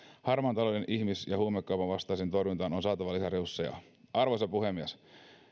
harmaan talouden ihmis ja huumekaupan vastaisen torjuntaan on saatava lisää resursseja arvoisa puhemies